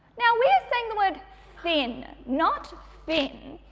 now, we're saying the word thin not fin.